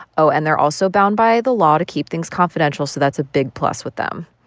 oh and they're also bound by the law to keep things confidential, so that's a big plus with them